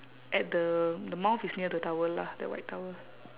at the the mouth is near the towel lah the white towel